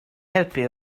helpu